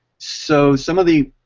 so, some of the